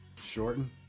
shorten